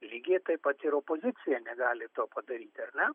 lygiai taip pat ir opozicija negali to padaryt ar ne